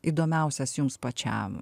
įdomiausias jums pačiam